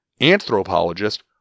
anthropologist